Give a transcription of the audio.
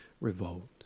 revolt